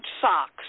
socks